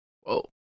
Whoa